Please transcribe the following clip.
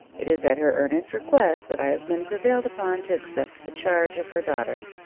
it is at her earnest request that i have been prevailed upon to accept the charge of her daughter.